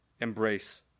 embrace